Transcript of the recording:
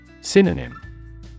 Synonym